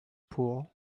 pool